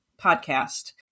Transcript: podcast